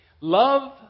Love